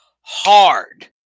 hard